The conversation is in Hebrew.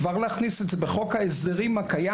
כבר להכניס את זה בחוק ההסדרים הקיים.